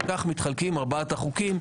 וכך מתחלקים ארבעת החוקים,